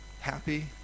happy